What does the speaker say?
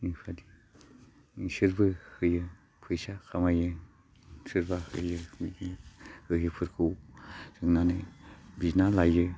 बेफोरबायदि बिसोरबो होयो फैसा खामायो सोरबा होयो बिदिनो होयिफोरखौ सोंनानै बिना लायो